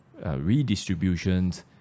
redistributions